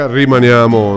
rimaniamo